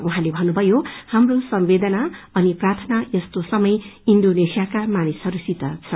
उहाँले भन्नुभयो हाप्रो संवेदना अनि प्रार्थना यस्तो समय इंडोनेशियाका मानिसहरूसित छ